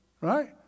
right